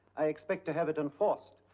i expect to have it enforced.